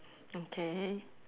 okay